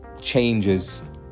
changes